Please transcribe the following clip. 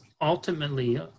ultimately